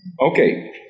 Okay